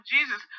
Jesus